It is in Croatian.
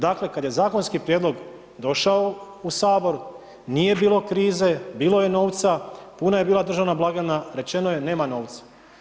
Dakle, kad je zakonski prijedlog došao u Sabor, nije bilo krize, bilo je novca, puna je bila državna blagajna, rečeno je, nema novca.